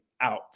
out